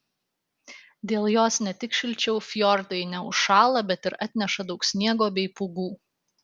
dėl jos ne tik šilčiau fjordai neužšąla bet ir atneša daug sniego bei pūgų